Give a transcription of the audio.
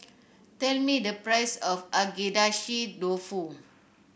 tell me the price of Agedashi Dofu